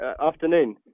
Afternoon